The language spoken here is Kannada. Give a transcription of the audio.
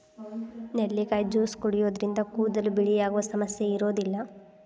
ನೆಲ್ಲಿಕಾಯಿ ಜ್ಯೂಸ್ ಕುಡಿಯೋದ್ರಿಂದ ಕೂದಲು ಬಿಳಿಯಾಗುವ ಸಮಸ್ಯೆ ಇರೋದಿಲ್ಲ